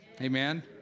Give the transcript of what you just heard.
Amen